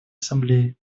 ассамблеи